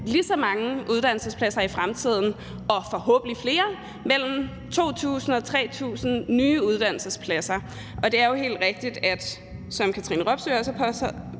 lige så mange uddannelsespladser i fremtiden og forhåbentlig flere; mellem 2.000 og 3.000 nye uddannelsespladser. Og det er jo helt rigtigt, som Katrine Robsøe også har påpeget